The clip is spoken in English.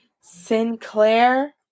sinclair